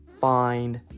find